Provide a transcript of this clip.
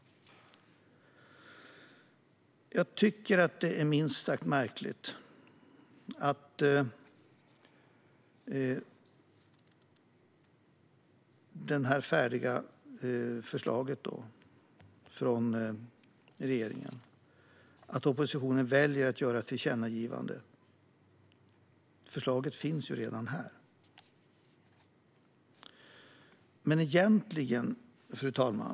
Jag tycker att det är minst sagt märkligt att oppositionen väljer att göra ett tillkännagivande när det redan finns ett färdigt förslag från regeringen. Fru talman!